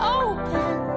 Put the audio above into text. open